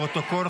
לפרוטוקול,